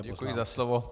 Děkuji za slovo.